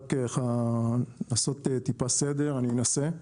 רק ככה לעשות טיפה סדר אני אנסה.